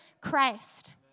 Christ